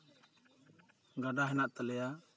ᱜᱟᱰᱟ ᱦᱮᱱᱟᱜ ᱛᱟᱞᱮᱭᱟ